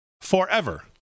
forever